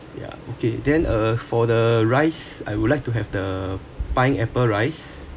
yeah okay then uh for the rice I would like to have the pineapple rice